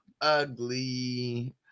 Ugly